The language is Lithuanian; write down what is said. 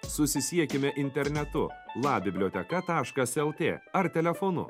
susisiekime internetu la biblioteka taškas el tė ar telefonu